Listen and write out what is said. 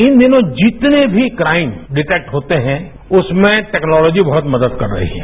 इन दिनों जितने भी क्राइम डिटेक्ट होते हैं उसमें टेक्नॉलोजी बहुत मदद कर रही है